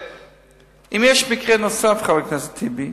אם יש מקרה נוסף, חבר הכנסת טיבי,